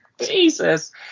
Jesus